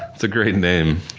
it's a great name.